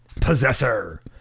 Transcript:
Possessor